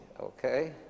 okay